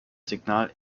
signal